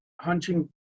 hunting